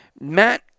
Matt